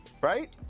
right